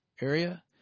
area